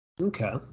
Okay